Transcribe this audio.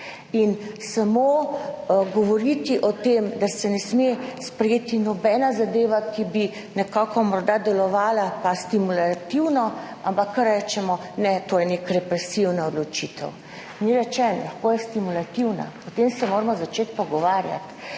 In samo govoriti o tem, da se ne sme sprejeti nobena zadeva, ki bi nekako morda delovala stimulativno, ampak kar rečemo, ne, to je neka represivna odločitev. Ni rečeno, lahko je stimulativna. Potem se moramo začeti pogovarjati